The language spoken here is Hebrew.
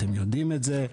ואתם יודעים את זה.